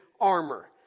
armor